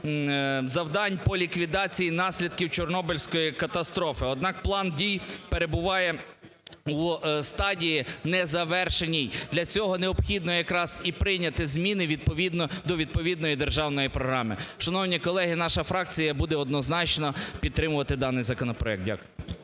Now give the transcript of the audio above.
завдань по ліквідації наслідків Чорнобильської катастрофи, однак план дій перебуває у стадії незавершеній. Для цього необхідно якраз і прийняти зміни відповідно до відповідної державної програми. Шановні колеги, наша фракція буде однозначно підтримувати даний законопроект. Дякую.